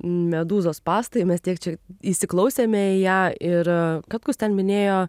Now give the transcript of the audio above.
medūzos spąstai mes tiek čia įsiklausėme į ją ir katkus ten minėjo